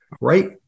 right